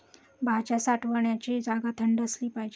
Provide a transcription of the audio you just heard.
भाज्या साठवण्याची जागा थंड असली पाहिजे